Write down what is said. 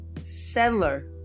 settler